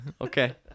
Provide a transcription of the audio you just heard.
Okay